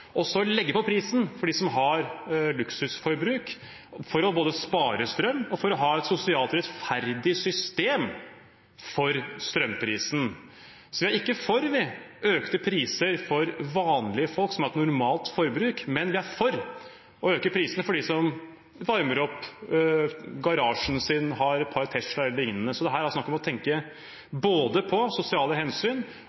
og så legge på prisen for dem som har et luksusforbruk – både for å spare strøm og for å ha et sosialt rettferdig system for strømprisen. Vi er ikke for økte priser for vanlige folk som har et normalt forbruk, men vi er for å øke prisene for dem som varmer opp garasjen sin, har et par Teslaer e.l. Det er snakk om både å tenke